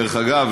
דרך אגב,